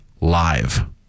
Live